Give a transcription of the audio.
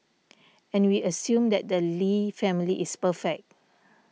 and we assume that the Lee family is perfect